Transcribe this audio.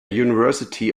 university